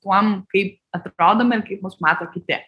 tuom kaip atrodome kaip mus mato kiti